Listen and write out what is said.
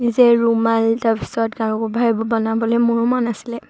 নিজে ৰুমাল তাৰপিছত গাৰু কভাৰ এইবোৰ বনাবলৈ মোৰো মন আছিলে